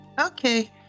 Okay